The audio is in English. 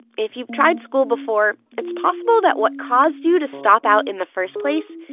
if you've tried school before, it's possible that what caused you to stop out in the first place,